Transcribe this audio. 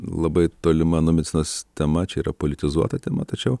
labai tolima nuo medicinos tema čia yra politizuota tema tačiau